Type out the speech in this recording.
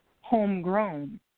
homegrown